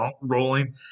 rolling